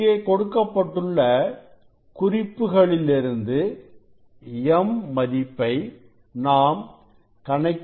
இங்கே கொடுக்கப்பட்டுள்ள குறிப்புகளிலிருந்து m மதிப்பை நாம் கணக்கிட்டுக் கொள்ளலாம்